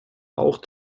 auch